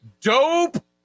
dope